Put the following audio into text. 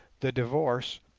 the divorce,